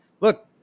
Look